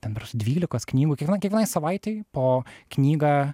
ten berods dvylikos knygų kiekviena kiekvienai savaitei po knygą